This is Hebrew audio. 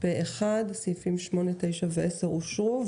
הצבעה פה-אחד סעיפים 8 10 אושרו.